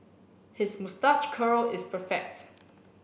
his moustache curl is perfect